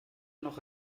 noch